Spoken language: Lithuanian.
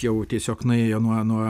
jau tiesiog nuėjo nuo nuo